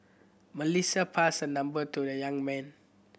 Melissa passed her number to the young man